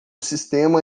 sistema